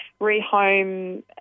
rehome